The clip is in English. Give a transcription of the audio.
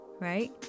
right